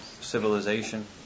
civilization